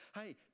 Hey